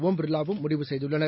ஒம் பிர்லாவும் முடிவு செய்துள்ளனர்